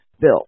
bill